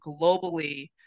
globally